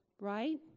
right